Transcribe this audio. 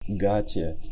Gotcha